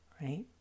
Right